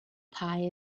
pie